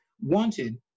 wanted